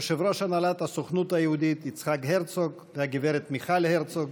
יושב-ראש הנהלת הסוכנות היהודית יצחק הרצוג והגברת מיכל הרצוג,